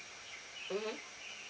mmhmm